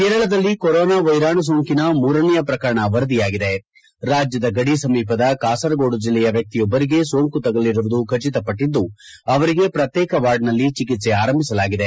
ಕೇರಳದಲ್ಲಿ ಕೊರೋನಾ ವೈರಾಣು ಸೊಂಕಿನ ಮೂರನೇಯ ಪ್ರಕರಣ ವರದಿಯಾಗಿದೆ ರಾಜ್ಯದ ಗಡಿ ಸಮೀಪದ ಕಾಸರಗೋಡು ಜಿಲ್ಲೆಯ ವ್ಯಕ್ತಿಯೊಬ್ಬರಿಗೆ ಸೊಂಕು ತಗುಲಿರುವುದು ಖಚಿತ ಪಟ್ಟಿದ್ದು ಅವರಿಗೆ ಪ್ರತ್ನೇಕ ವಾರ್ಡ್ನಲ್ಲಿ ಚಿಕಿತ್ಸೆ ಆರಂಭಿಸಲಾಗಿದೆ